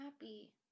happy